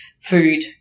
food